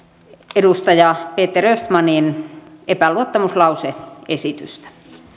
edustaja peter östmanin epäluottamuslause esitystä